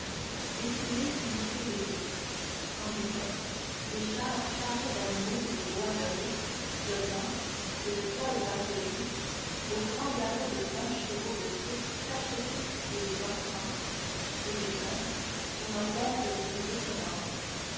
défilé de féeries en effet des chars chargés d'animaux de bois doré de mâts et de toiles bariolées au grand galop de vingt chevaux de cirque tachetés et les enfants et les hommes sur leurs bêtes les plus étonnantes